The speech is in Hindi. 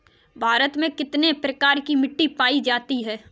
भारत में कितने प्रकार की मिट्टी पाई जाती है?